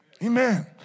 Amen